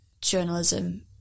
journalism